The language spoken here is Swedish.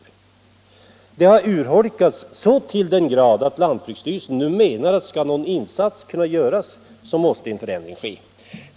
Stödet har emellertid urholkats så till den grad, att lantbruksstyrelsen menar att en förändring måste ske om några insatser skall kunna göras.